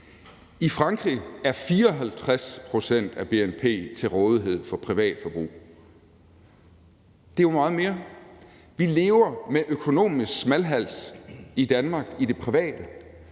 i Frankrig er 54 pct. af bnp til rådighed for privatforbrug. Det er jo meget mere. Vi lever med økonomisk smalhals i Danmark i det private,